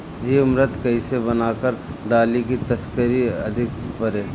जीवमृत कईसे बनाकर डाली की तरकरी अधिक फरे?